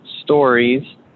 stories